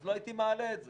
אז לא הייתי מעלה את זה.